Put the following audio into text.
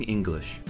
English